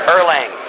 Erlang